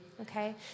okay